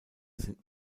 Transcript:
sind